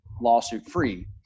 lawsuit-free